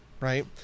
right